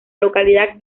localidad